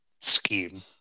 scheme